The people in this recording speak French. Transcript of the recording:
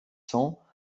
cents